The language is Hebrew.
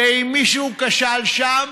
ואם מישהו כשל שם,